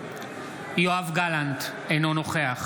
בהצבעה יואב גלנט, אינו נוכח